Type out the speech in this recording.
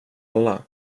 alla